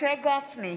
משה גפני,